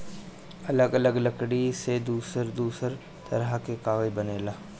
अलग अलग लकड़ी से दूसर दूसर तरह के कागज बनेला